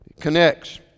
Connects